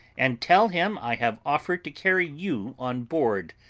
and tell him i have offered to carry you on board,